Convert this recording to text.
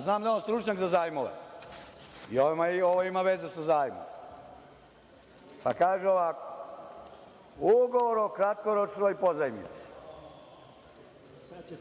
znam da je on stručnjak za zajmove i ovo ima veze sa zajmom, pa kaže ovako – ugovor o kraktoročnoj pozajmici,